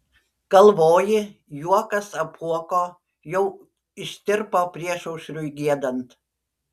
galvoji juokas apuoko jau ištirpo priešaušriui giedant